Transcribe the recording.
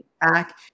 back